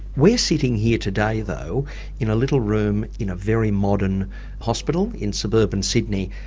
we're sitting here today though in a little room in a very modern hospital in suburban sydney.